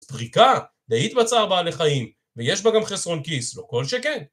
פריקה להתבצר בעלי חיים ויש בה גם חסרון כיס לא כל שכן